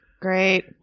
Great